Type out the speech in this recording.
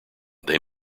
they